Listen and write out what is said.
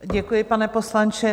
Děkuji, pane poslanče.